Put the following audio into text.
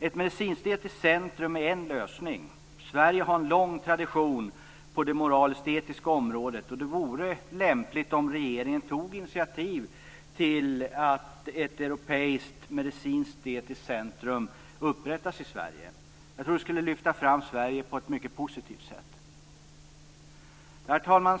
Ett medicinsk-etiskt centrum är en lösning. Sverige har en lång tradition på det moralisk-etiska området, och det vore lämpligt om regeringen tog initiativ till att ett europeiskt medicinsk-etiskt centrum upprättas i Sverige. Det skulle lyfta fram Sverige på ett mycket positivt sätt. Herr talman!